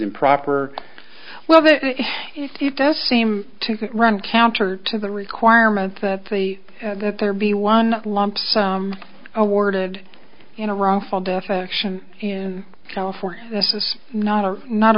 improper well it does seem to run counter to the requirement that the that there be one lump sum awarded you know wrongful death action in california this is not a not